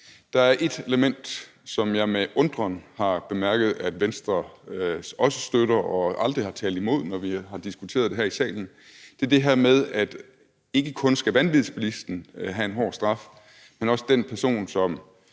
Der er ét element, som jeg med undren har bemærket at Venstre også støtter og aldrig har talt imod, når vi har diskuteret det her i salen. Det er det her med, at ikke kun skal vanvidsbilisten have en hård straf, men også den person, som